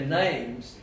names